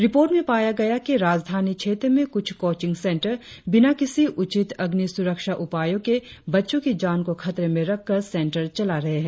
report में पाया गया कि राजधानी क्षेत्र में कुछ कोचिंग सेंटर बिना किसी उचित अग्नि सुरक्षा उपायों के बच्चों की जान को खतरे में रखकर सेंटर चला रहे है